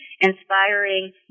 inspiring